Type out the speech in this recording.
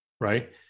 Right